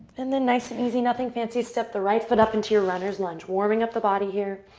and then nice and easy, nothing fancy, step the right foot up into your runner's lunge. warming up the body here.